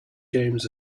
james